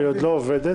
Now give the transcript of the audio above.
היא עוד לא עובדת.